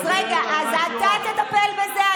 אז רגע, אתה תטפל בזה?